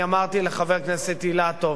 אני אמרתי לחבר הכנסת אילטוב.